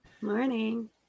Morning